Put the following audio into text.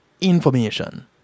information